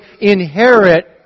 inherit